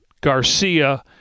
Garcia